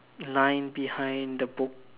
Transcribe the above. line behind the book